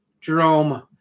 Jerome